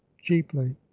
cheaply